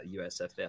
USFL